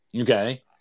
Okay